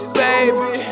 baby